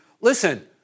listen